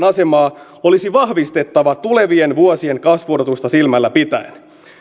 asemaa olisi vahvistettava tulevien vuosien kasvuodotusta silmällä pitäen